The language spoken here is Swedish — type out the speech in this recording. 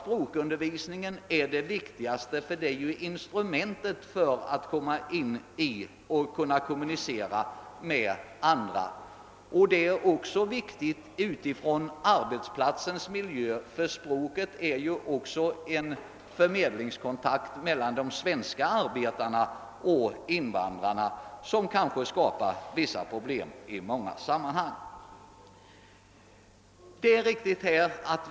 Språkundervisningen är naturligtvis det viktigaste, eftersom språket är instrumentet för att kunna kommunicera med andra. Detta har också stor betydelse för arbetsplatsens miljö. Språket är ett medel att skapa kontakt mellan de svenska arbetarna och invandrarna och kanske undvika problem som i vissa samanhmang kan uppstå.